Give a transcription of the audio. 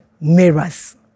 Mirrors